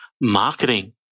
Marketing